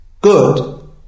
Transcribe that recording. good